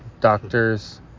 doctors